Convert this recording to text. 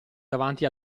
davanti